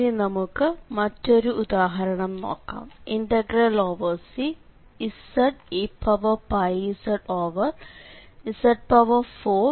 ഇനി നമുക്ക് മറ്റൊരു ഉദാഹരണം നോക്കാം Czeπzz4 16zezdz